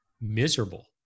miserable